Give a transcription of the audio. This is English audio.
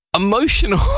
emotional